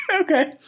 Okay